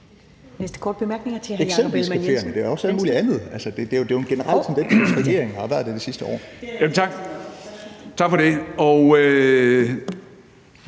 Tak for det.